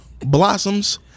blossoms